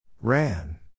Ran